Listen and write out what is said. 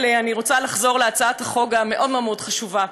ראשית, מוצע כי,